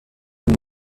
dem